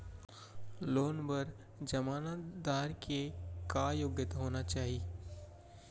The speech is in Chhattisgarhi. लोन बर जमानतदार के का योग्यता होना चाही?